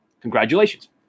congratulations